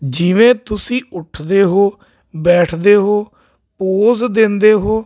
ਜਿਵੇਂ ਤੁਸੀਂ ਉੱਠਦੇ ਹੋ ਬੈਠਦੇ ਹੋ ਪੋਜ਼ ਦਿੰਦੇ ਹੋ